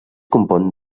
compon